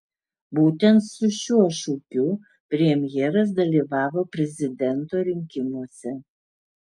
būtent su šiuo šūkiu premjeras dalyvavo prezidento rinkimuose